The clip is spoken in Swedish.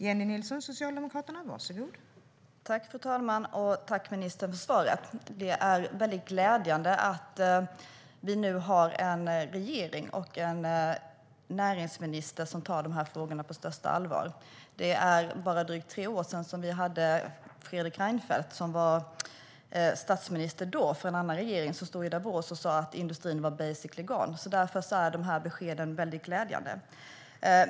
Fru talman! Jag tackar ministern för svaret. Det är väldigt glädjande att vi nu har en regering och en näringsminister som tar dessa frågor på största allvar. Det är bara drygt tre år sedan Fredrik Reinfeldt, som då var statsminister för en annan regering, stod i Davos och sa att industrin var "basically gone". Därför är de här beskeden väldigt glädjande.